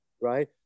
right